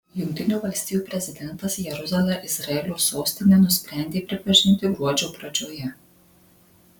jungtinių valstijų prezidentas jeruzalę izraelio sostine nusprendė pripažinti gruodžio pradžioje